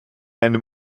einem